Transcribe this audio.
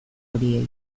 horiei